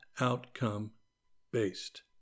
outcome-based